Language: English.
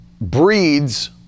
breeds